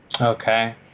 Okay